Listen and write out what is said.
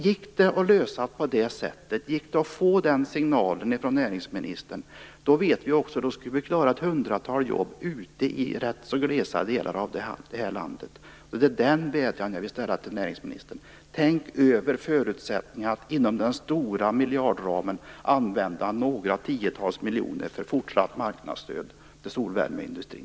Om det går att lösa på det sättet och få den signalen ifrån näringsministern vet vi att vi skulle klara ett hundratal jobb ute i ganska glesa delar av det här landet. Det är den vädjan jag vill ställa till näringsministern. Tänk över förutsättningarna att inom den stora miljardramen använda några tiotals miljoner för fortsatt marknadsstöd till solvärmeindustrin!